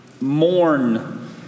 mourn